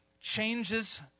changes